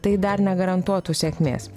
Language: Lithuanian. tai dar negarantuotų sėkmės